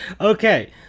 Okay